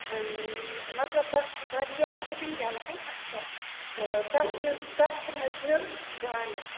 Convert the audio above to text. مَطلَب تتھ چھ واریاہ مِٹیٖریَل تہِ اصٕل تہٕ تتھ چھِ تتھ چھِ مےٚ زٕ بانہٕ